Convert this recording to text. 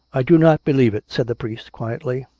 i do not believe it, said the priest quietly.